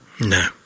No